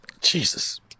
Jesus